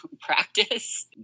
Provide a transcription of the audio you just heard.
practice